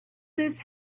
this